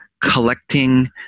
collecting